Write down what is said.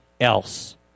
else